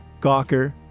Gawker